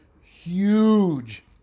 huge